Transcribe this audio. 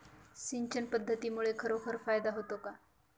सिंचन पद्धतीमुळे खरोखर फायदा होतो का?